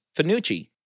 Finucci